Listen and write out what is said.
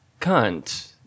cunt